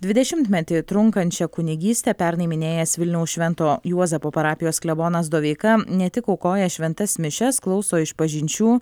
dvidešimtmetį trunkančią kunigystę pernai minėjęs vilniaus švento juozapo parapijos klebonas doveika ne tik aukoja šventas mišias klauso išpažinčių